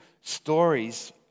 stories